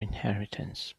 inheritance